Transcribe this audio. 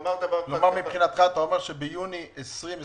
כלומר מבחינתך אתה אומר שביוני 2021